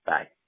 Bye